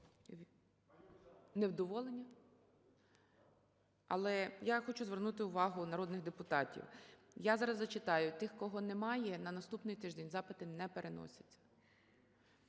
невдоволення, але я хочу звернути увагу народних депутатів, я зараз зачитаю тих, кого немає, на наступний тиждень запити не переносяться.